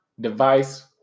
device